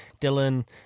Dylan